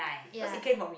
ya